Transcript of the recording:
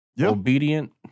Obedient